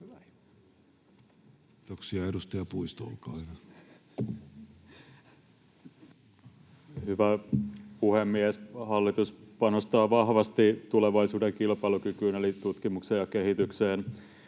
2024 Time: 15:25 Content: Hyvä puhemies! Hallitus panostaa vahvasti tulevaisuuden kilpailukykyyn eli tutkimukseen ja kehitykseen